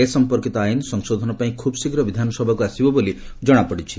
ଏ ସଂପର୍କିତ ଆଇନ ସଂଶୋଧନ ପାଇଁ ଖୁବ୍ଶୀଘ୍ର ବିଧାନସଭାକୁ ଆସିବ ବୋଲି ଜଣାପଡ଼ିଛି